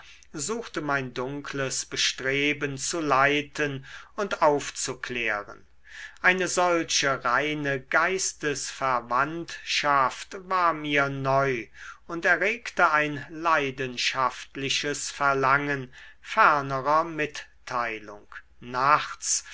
suchte mein dunkles bestreben zu leiten und aufzuklären eine solche reine geistesverwandtschaft war mir neu und erregte ein leidenschaftliches verlangen fernerer mitteilung nachts